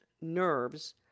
nerves